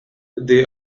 they